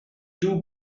too